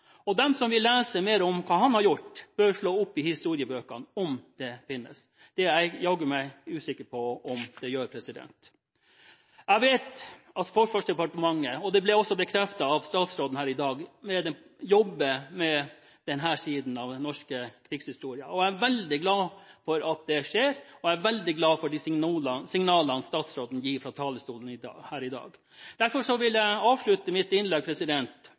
som vil lese mer om hva han har gjort, bør slå opp i historiebøkene – om det finnes. Det er jeg jaggu meg usikker på om det gjør. Jeg vet at Forsvarsdepartementet – og det ble også bekreftet av statsråden her i dag – jobber med denne siden av den norske krigshistorien. Jeg er veldig glad for at det skjer, og jeg er veldig glad for de signalene statsråden gir fra talerstolen her i dag. Derfor vil jeg avslutte mitt innlegg